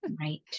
Right